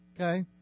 Okay